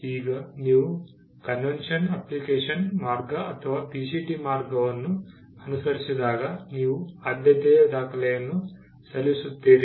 ಈಗ ನೀವು convention application ಮಾರ್ಗ ಅಥವಾ PCT ಮಾರ್ಗವನ್ನು ಅನುಸರಿಸಿದಾಗ ನೀವು ಆದ್ಯತೆಯ ದಾಖಲೆಯನ್ನು ಸಲ್ಲಿಸುತ್ತೀರಿ